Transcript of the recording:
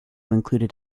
included